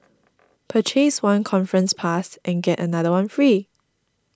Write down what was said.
purchase one conference pass and get another one free